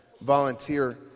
volunteer